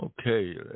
Okay